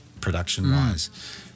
production-wise